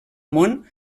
món